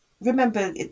remember